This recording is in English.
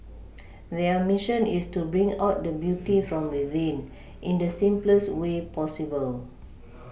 their Mission is to bring out the beauty from within in the simplest way possible